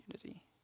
community